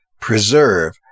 preserve